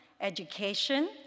education